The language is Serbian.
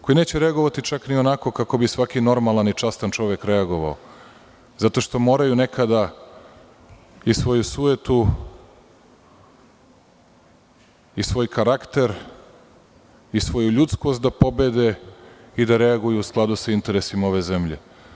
Koji neće reagovati, čak i onako kako bi svaki normalan i častan čovek reagovao, zato što moraju nekada i svoju sujetu i svoj karakter i svoju ljudskost da pobede i da reaguju u skladu sa interesima ove zemlje.